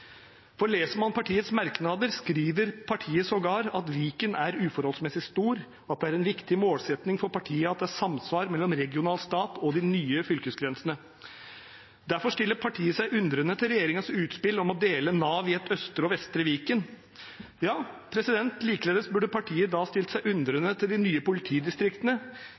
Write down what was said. veier. Leser man partiets merknader, skriver partiet sågar at Viken er uforholdsmessig stor, og at det er en viktig målsetting for partiet at det er samsvar mellom regional stat og de nye fylkesgrensene. Derfor stiller partiet seg undrende til regjeringens utspill om å dele Nav i et østre og et vestre Viken. Ja, likeledes burde partiet stilt seg undrende til de nye politidistriktene,